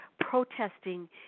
protesting